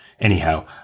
Anyhow